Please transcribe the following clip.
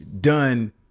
done